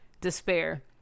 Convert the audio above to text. despair